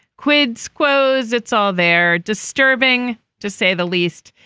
quid so quos it's all they're disturbing to say the least.